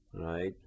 Right